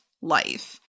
life